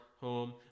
home